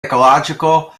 ecological